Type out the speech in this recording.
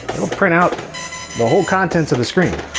will print out the whole contents of the screen.